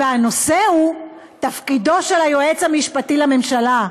והנושא הוא תפקידו של היועץ המשפטי לממשלה.